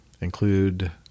include